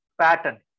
pattern